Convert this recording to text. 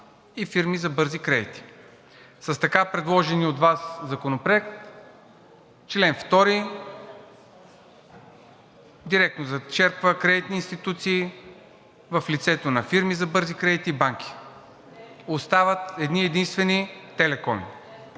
и фирми за бързи кредити. В така предложения от Вас законопроект чл. 2 директно зачерква кредитните институции в лицето на фирмите за бързи кредити и банки и остават едни-единствени телекомите.